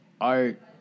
art